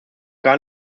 gar